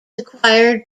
acquired